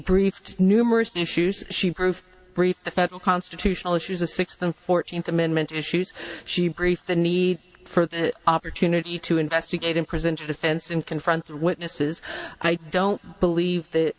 briefed numerous issues she proof brief the federal constitutional issues a sixth and fourteenth amendment issues she brief the need for the opportunity to investigate and present a defense and confront witnesses i don't believe that